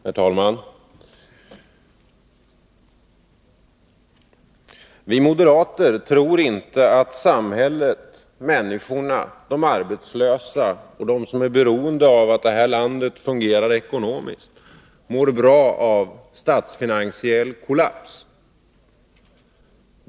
Herr talman! Vi moderater tror inte att samhället, människorna, de arbetslösa och de som är beroende av att det här landet fungerar ekonomiskt mår bra av statsfinansiell kollaps.